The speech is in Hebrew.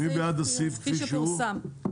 כפי שפורסם.